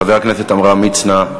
חבר הכנסת עמרם מצנע,